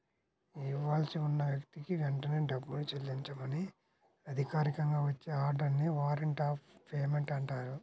ఇవ్వాల్సి ఉన్న వ్యక్తికి వెంటనే డబ్బుని చెల్లించమని అధికారికంగా వచ్చే ఆర్డర్ ని వారెంట్ ఆఫ్ పేమెంట్ అంటారు